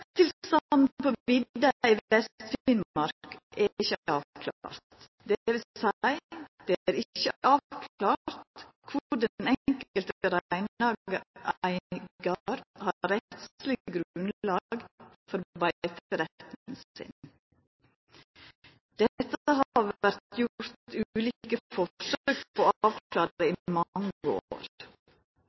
i Vest-Finnmark er ikkje avklart – dvs. det er ikkje avklart kvar den enkelte reineigar har rettsleg grunnlag for beiteretten sin. Dette har det vore ulike forsøk på å